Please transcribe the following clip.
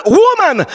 woman